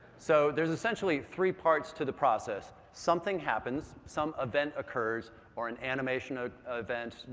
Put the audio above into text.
so there's essentially three parts to the process something happens, some event occurs or an animation event,